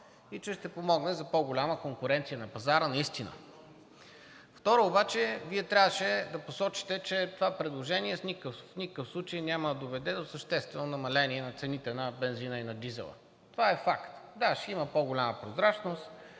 и че ще помогне за по-голяма конкуренция на пазара наистина. Второ, Вие обаче трябваше да посочите, че това предложение в никакъв случай няма да доведе до съществено намаление на цените на бензина и на дизела. Това е факт. Да – ще има по-голяма прозрачност,